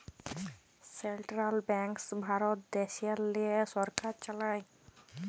central banks Bharat দ্যাশেল্লে সরকার চালায়